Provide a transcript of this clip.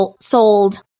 sold